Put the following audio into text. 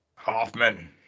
Hoffman